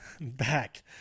back